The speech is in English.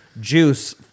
juice